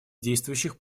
действующих